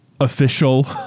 official